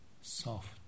soft